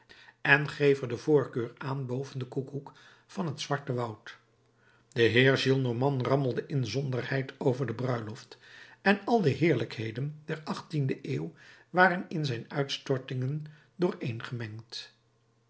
en geef er de voorkeur aan boven de koekoekklok van het zwarte woud de heer gillenormand rammelde inzonderheid over de bruiloft en al de heerlijkheden der achttiende eeuw waren in zijn uitstortingen doorééngemengd